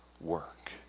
work